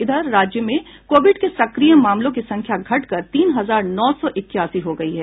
इधर राज्य में कोविड के सक्रिय मामलों की संख्या घटकर तीन हजार नौ सौ इक्यासी हो गयी है